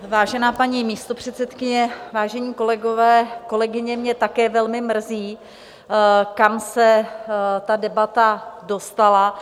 Vážená paní místopředsedkyně, vážení kolegové, kolegové, mě také velmi mrzí, kam se ta debata dostala.